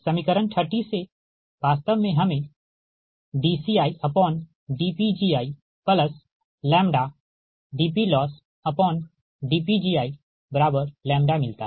समीकरण 30 से वास्तव में हमें dCidPgidPLossdPgiλ मिलता है